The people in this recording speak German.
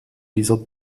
dieser